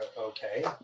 Okay